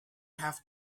have